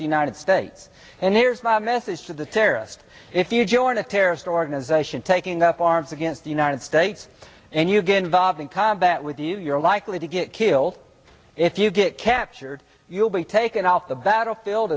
the united states and here's my message to the terrorists if you join a terrorist organization taking up arms against the united states and you get involved in combat with you you're likely to get killed if you get captured you'll be taken off the battlefield